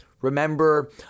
Remember